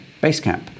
Basecamp